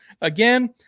again